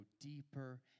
deeper